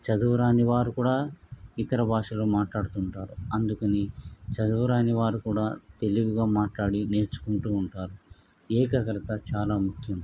చదువు రాని వారు కూడా ఇతర భాషలో మట్లాడుతుంటారు అందుకని చదువు రాని వారు కూడా తెలివిగా మాట్లాడి నేర్చుకుంటూ ఉంటారు ఏకాగ్రత చాలా ముఖ్యం